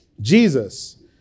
Jesus